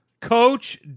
Coach